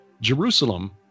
Jerusalem